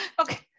Okay